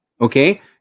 okay